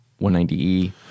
190e